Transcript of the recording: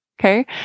okay